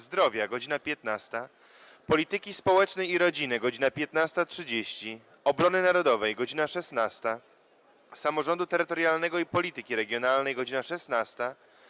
Zdrowia - godz. 15, - Polityki Społecznej i Rodziny - godz. 15.30, - Obrony Narodowej - godz. 16, - Samorządu Terytorialnego i Polityki Regionalnej - godz. 16,